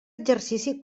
exercici